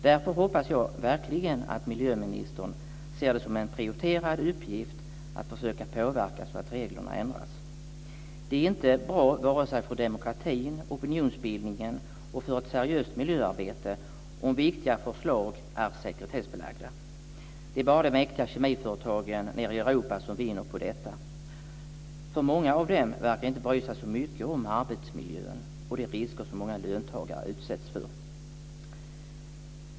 Därför hoppas jag verkligen att miljöministern ser det som en prioriterad uppgift att försöka påverka så att reglerna ändras. Det är inte bra vare sig för demokratin och opinionsbildningen eller för ett seriöst miljöarbete om viktiga förslag är sekretessbelagda. Det är bara de mäktiga kemiföretagen nere i Europa som vinner på detta. Många av dem verkar inte bry sig så mycket om arbetsmiljön och de risker som många löntagare utsätts för.